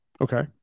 Okay